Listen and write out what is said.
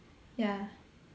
ya